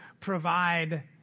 provide